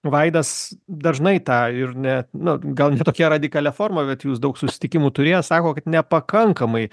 vaidas dažnai tą ir ne na gal ne tokia radikalia forma bet jūs daug susitikimų turėjęs sako kad nepakankamai